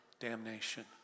damnation